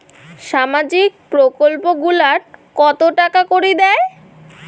সামাজিক প্রকল্প গুলাট কত টাকা করি দেয়?